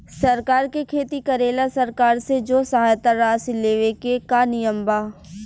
सर के खेती करेला सरकार से जो सहायता राशि लेवे के का नियम बा?